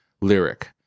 lyric